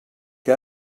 que